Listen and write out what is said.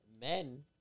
Men